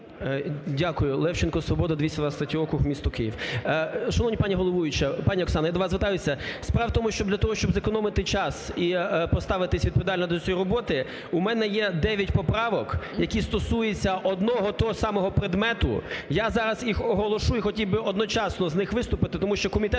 Дякую. Левченко, "Свобода", 223 округ, місто Київ. Шановна пані головуюча, пані Оксано, я до вас звертаюся, справа у тому, що для того, щоб зекономити час і поставитись відповідально до цієї роботи, у мене є дев'ять поправок, які стосуються одного того самого предмету. Я зараз їх оголошу і хотів би одночасно з них виступити, тому що комітет